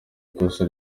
ikosa